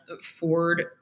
Ford